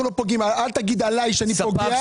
אל תגיד עליי שאני פוגע.